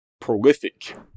Prolific